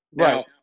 Right